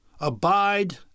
abide